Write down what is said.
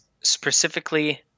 specifically